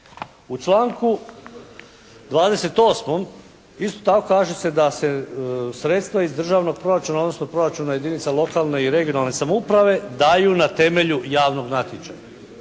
U članku 28. isto tako kaže se da se sredstva iz državnog proračuna, odnosno proračuna jedinica lokalne i regionalne samouprave daju na temelju javnog natječaja.